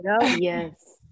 Yes